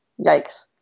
Yikes